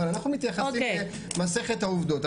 אנחנו מתייחסים למסכת העובדות.